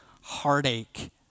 heartache